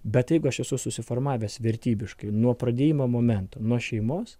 bet jeigu aš esu susiformavęs vertybiškai nuo pradėjimo momento nuo šeimos